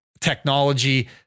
technology